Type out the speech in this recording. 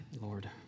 Lord